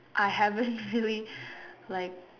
I haven't really like